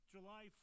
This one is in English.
July